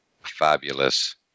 fabulous